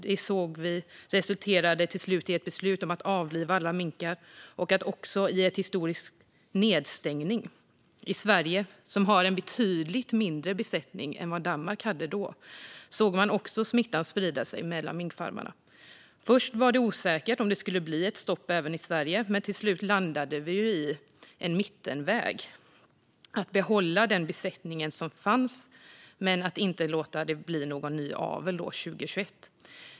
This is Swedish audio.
Det resulterade till slut i ett beslut om att avliva alla minkar och i en historisk nedstängning. I Sverige, som har en betydligt mindre besättning än vad Danmark hade då, såg man också smittan sprida sig mellan minkfarmerna. Först var det osäkert om det skulle bli ett stopp även i Sverige. Till slut landade vi i en mittenväg: att behålla den besättning som fanns men inte låta det bli någon ny avel 2021.